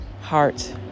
heart